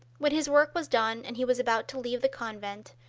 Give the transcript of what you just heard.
when his work was done and he was about to leave the convent,